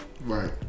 Right